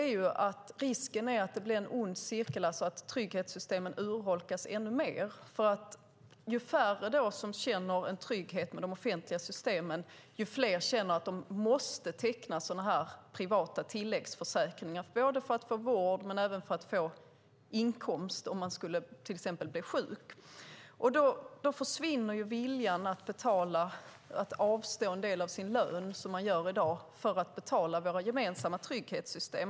Risken är att det blir en ond cirkel, så att trygghetssystemen urholkas ännu mer. Ju färre som känner trygghet med de offentliga systemen, ju fler som känner att de måste teckna privata tilläggsförsäkringar för att få vård eller för att få inkomst om man till exempel skulle bli sjuk, desto mindre blir viljan att avstå en del av sin lön, som man gör i dag, för att betala våra gemensamma trygghetssystem.